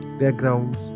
backgrounds